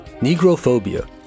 Negrophobia